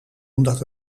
omdat